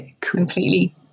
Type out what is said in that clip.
completely